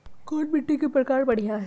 कोन मिट्टी के प्रकार बढ़िया हई?